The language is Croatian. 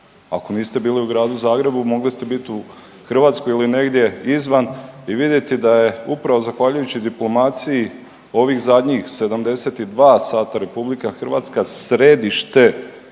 Ako niste bili u gradu Zagrebu, mogli ste biti u Hrvatskoj ili negdje izvan i vidjeti da je upravo zahvaljujući diplomaciji ovih zadnjih 72 sata, RH središte